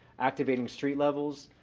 activating street levels,